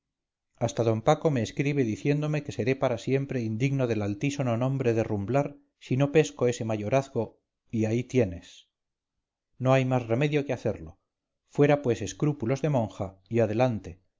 hasta d paco me escribe diciéndome que seré para siempre indigno del altísono nombre de rumblar si no pesco ese mayorazgo y ahí tienes no hay más remedio que hacerlo fuera pues escrúpulos de monja y adelante